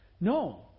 No